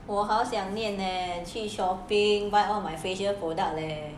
我好想念 leh 去 shopping by all my facial product leh